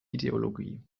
ideologie